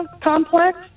complex